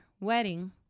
wedding